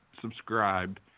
subscribed